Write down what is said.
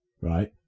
right